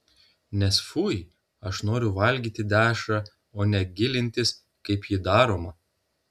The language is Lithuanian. nes fui aš noriu valgyti dešrą o ne gilintis kaip ji daroma